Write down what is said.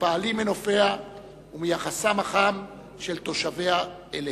מתפעלים מנופיה ומיחסם החם של תושביה אליהם.